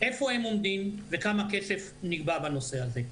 איפה הם עומדים וכמה כסף נגבה בנושא הזה.